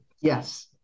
Yes